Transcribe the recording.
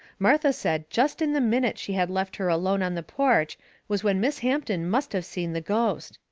martha said jest in the minute she had left her alone on the porch was when miss hampton must of seen the ghost.